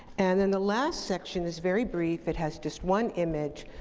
and then, the last section is very brief. it has just one image,